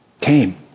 Came